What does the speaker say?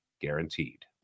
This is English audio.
guaranteed